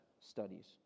studies